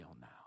now